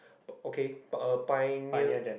okay uh pioneer